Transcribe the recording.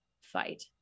fight